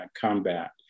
combat